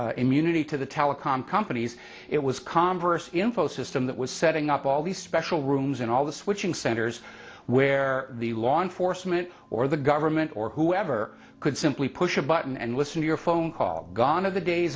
granted immunity to the telecom companies it was converse system that was setting up all these special rooms in all the switching centers where the law enforcement or the government or whoever could simply push a button and listen to your phone call gone are the days